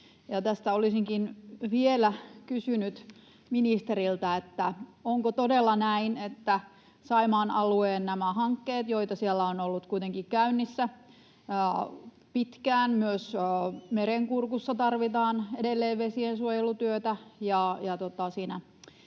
Tästä olisinkin vielä kysynyt ministeriltä, onko todella näin, että Saimaan alueen hankkeet, joita siellä on ollut kuitenkin käynnissä pitkään, loppuvat? Myös Merenkurkussa tarvitaan edelleen vesiensuojelutyötä